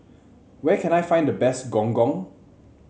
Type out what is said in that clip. where can I find the best Gong Gong